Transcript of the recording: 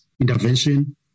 intervention